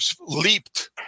leaped